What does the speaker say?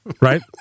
right